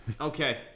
okay